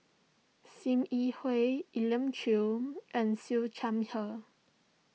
Sim Yi Hui Elim Chew and Siew Her